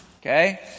Okay